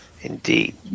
Indeed